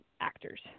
actors